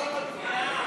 תקציבי 70,